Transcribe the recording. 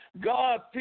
God